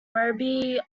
werribee